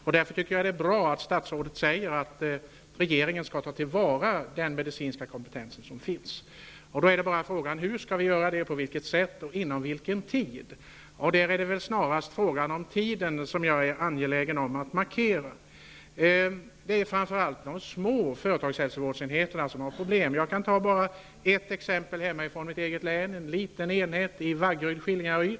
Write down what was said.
Jag tycker därför att det är bra att statsrådet säger att regeringen skall ta till vara den medicinska kompetens som finns. Nu är bara frågan hur det skall ske och inom vilken tidsram. Jag är angelägen om att markera tiden. Det är framför allt de små enheterna inom företagshälsovården som har problem. Jag har ett exempel från mitt eget län. Det gäller en liten enhet i Vaggeryd/Skillingaryd.